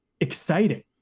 exciting